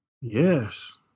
Yes